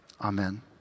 Amen